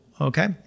okay